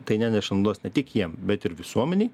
tai neneša naudos ne tik jiem bet ir visuomenei